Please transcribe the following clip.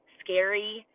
scary